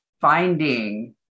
finding